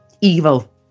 evil